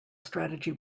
strategy